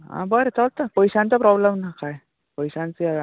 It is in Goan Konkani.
आं बरें चलता पयशांचो प्रॉब्लम ना कांय पयशांचें